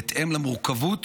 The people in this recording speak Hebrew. בהתאם למורכבות